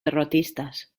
derrotistas